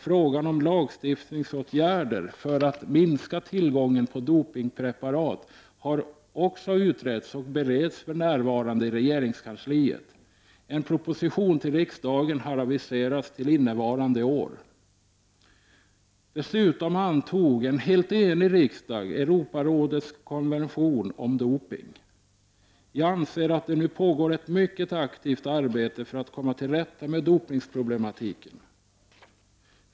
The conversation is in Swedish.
Frågan om lagstiftningsåtgärder för att minska tillgången på dopningspreparat har också utretts och bereds för närvarande i regeringskansliet. En proposition till riksdagen har aviserats till innevarande år. Dessutom antog en helt enig riksdag Europarådets konvention om dopning. Jag anser att det nu pågår ett mycket aktivt arbete för att komma till rätta med dopningsproblematiken.